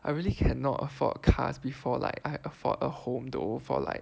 I really cannot afford cars before like I afford a home though for like